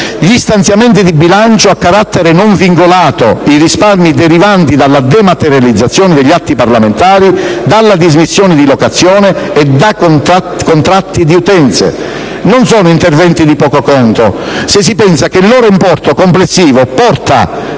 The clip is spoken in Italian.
agli stanziamenti di bilancio a carattere non vincolato, rispetto ai quali sono previsti risparmi derivanti dalla dematerializzazione degli atti parlamentari e dalla dismissione di locazioni e da contratti di utenze. Non sono interventi di poco conto, se si pensa che il loro importo complessivo porta,